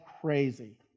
crazy